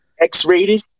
X-rated